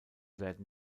werden